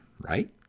right